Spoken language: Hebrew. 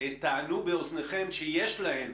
טענו באוזניכם שיש להן